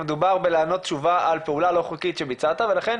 מדובר בלענות תשובה על 'פעולה לא חוקית שביצעת' ולכן